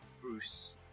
Bruce